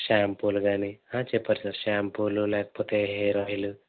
షాంపూలు గానీ చెప్పారు సార్ షాంపూలు లేకపోతే హెయిర్ ఆయిలు